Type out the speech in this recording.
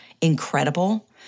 incredible